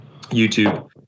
YouTube